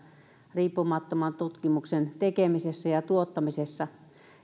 riippumattoman tutkimuksen tekemisessä ja tuottamisessa